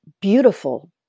beautiful